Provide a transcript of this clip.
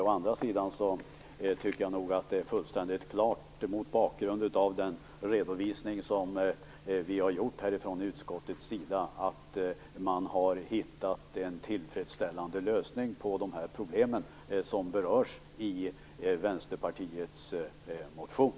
Å andra sidan tycker jag att det står fullständigt klart, mot bakgrund av den redovisning utskottet har gjort, att man har hittat en tillfredsställande lösning på problemen som berörs i Vänsterpartiets motion.